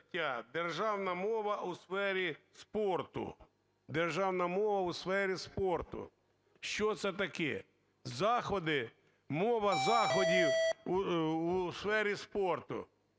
"Державна мова у сфері спорту". Що це таке? Заходи, мова заходів у сфері спорту.